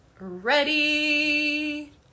ready